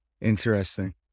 Interesting